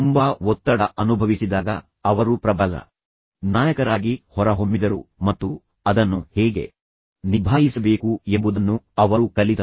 ತುಂಬಾ ಒತ್ತಡ ಅನುಭವಿಸಿದಾಗ ಅವರು ಪ್ರಬಲ ನಾಯಕರಾಗಿ ಹೊರಹೊಮ್ಮಿದರು ಮತ್ತು ಅದನ್ನು ಹೇಗೆ ನಿಭಾಯಿಸಬೇಕು ಎಂಬುದನ್ನು ಅವರು ಕಲಿತರು